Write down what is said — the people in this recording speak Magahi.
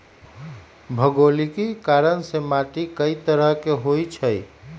भोगोलिक कारण से माटी कए तरह के होई छई